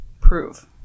prove